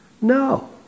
No